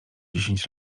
dziesięć